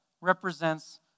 represents